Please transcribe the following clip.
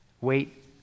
Wait